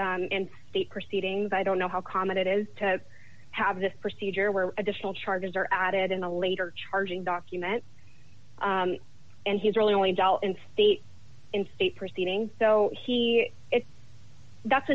and state proceedings i don't know how common it is to have this procedure where additional charges are added in the later charging document and he's really only dealt in state in state proceedings so he that's